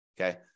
Okay